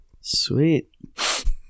Sweet